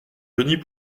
denis